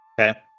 Okay